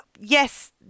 yes